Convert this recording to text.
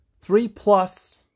three-plus